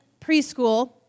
preschool